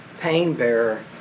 pain-bearer